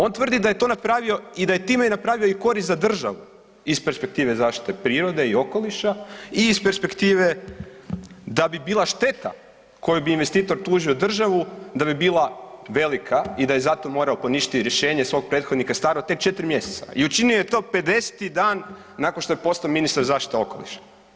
On tvrdi da je to napravio i da je time i napravio i korist za državu iz perspektive zaštite prirode i okoliša i iz perspektive da bi bila šteta koju bi investitor tužio državu, da bi bila velika i da je zato morao poništiti rješenje svog prethodnika staro tek 4 mjeseca i učinio je to 50. dan nakon što je postao ministar zaštite okoliša.